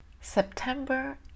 September